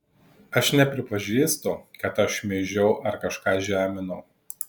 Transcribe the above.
aš nepripažįstu kad aš šmeižiau ar kažką žeminau